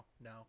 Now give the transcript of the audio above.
No